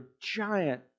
giant